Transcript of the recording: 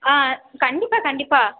ஆ கண்டிப்பாக கண்டிப்பாக